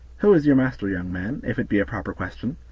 who is your master, young man? if it be a proper question.